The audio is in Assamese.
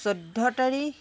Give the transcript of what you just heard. চৈধ্য তাৰিখ